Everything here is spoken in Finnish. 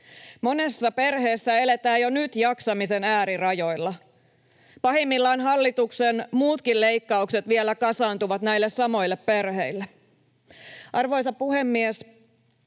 Monessa perheessä eletään jo nyt jaksamisen äärirajoilla. Pahimmillaan hallituksen muutkin leikkaukset vielä kasaantuvat näille samoille perheille. Arvoisa puhemies!